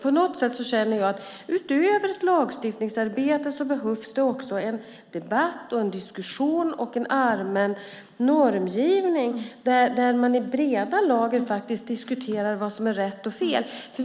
På något sätt känner jag att utöver ett lagstiftningsarbete behövs det också en debatt, en diskussion och en allmän normgivning där man i breda lager faktiskt diskuterar vad som är rätt och fel.